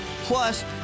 Plus